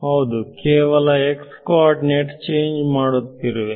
ಹೌದು ನಾವು ಕೇವಲ x ಕಾರ್ಡಿನಟ್ ಚೇಂಜ್ ಮಾಡುತ್ತಿರುವೆ